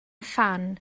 phan